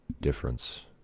difference